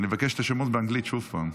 אני מבקש את השמות באנגלית שוב פעם.